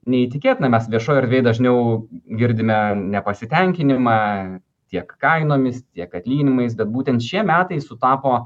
neįtikėtina mes viešoj erdvėj dažniau girdime nepasitenkinimą tiek kainomis tiek atlyginimais bet būtent šie metai sutapo